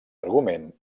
argument